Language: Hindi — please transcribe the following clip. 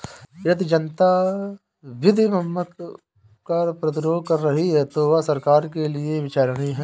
यदि जनता विधि सम्मत कर प्रतिरोध कर रही है तो वह सरकार के लिये विचारणीय है